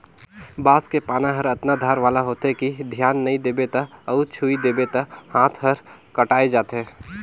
बांस के पाना हर अतना धार वाला होथे कि धियान नई देबे त अउ छूइ देबे त हात हर कटाय जाथे